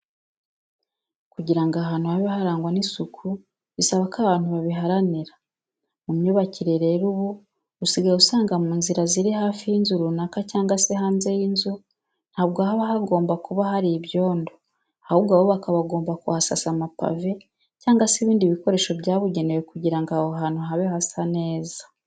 Kugira ngo ahantu habe harangwa n'isuku bisaba ko abantu babiharanira. Mu myubakire rero ubu usigaye usanga mu nzira ziri hafi y'inzu runaka cyangwa se hanze y'inzu ntabwo haba hagomba kuba hari ibyondo, ahubwo abubaka bagumba kuhasasa amapave cyangwa se ibindi bikoresho byabugenewe kugirango aho hantu habe hasa neza.